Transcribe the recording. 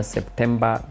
September